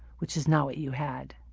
which is not what you had.